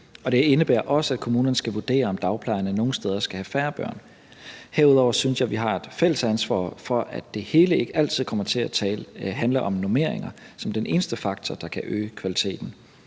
det indebærer også, at kommunerne skal vurdere, om dagplejerne nogle steder skal have færre børn. Herudover synes jeg, vi har et fælles ansvar for, at det hele ikke altid kommer til at handle om normeringer som den eneste faktor, der kan øge kvaliteten.